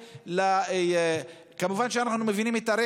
לשנתיים.